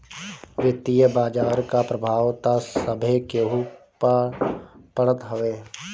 वित्तीय बाजार कअ प्रभाव तअ सभे केहू पअ पड़त हवे